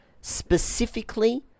Specifically